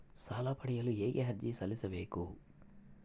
ಸಾಲ ಪಡೆಯಲು ಹೇಗೆ ಅರ್ಜಿ ಸಲ್ಲಿಸಬೇಕು?